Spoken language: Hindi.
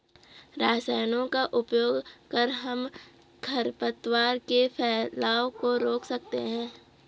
रसायनों का उपयोग कर हम खरपतवार के फैलाव को रोक सकते हैं